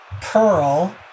Pearl